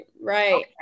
Right